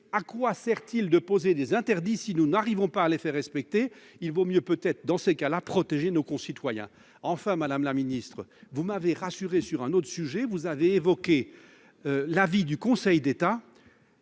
À quoi sert-il de poser des interdits si nous n'arrivons pas à les faire respecter ? Il vaut peut-être mieux, dans ces cas-là, protéger nos concitoyens. Enfin, madame la ministre, vous m'avez rassuré sur un autre sujet. Vous avez évoqué l'avis du Conseil d'État.